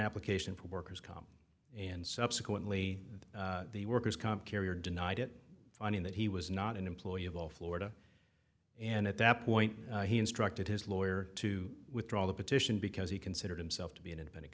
application for worker's comp and subsequently the workers comp carrier denied it finding that he was not an employee of all florida and at that point he instructed his lawyer to withdraw the petition because he considered himself to be an independent